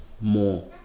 more